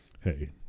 Hey